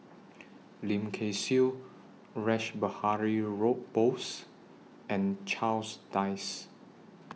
Lim Kay Siu Rash Behari Bose and Charles Dyce